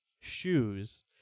shoes